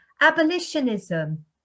Abolitionism